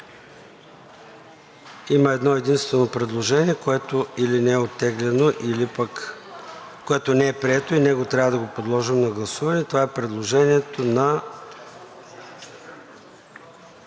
има едно-единствено предложение, което или не е оттеглено, или пък не е прието и него трябва да го подложим на гласуване. Това е предложението на